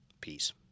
Peace